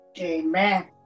Amen